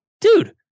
dude